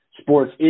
sports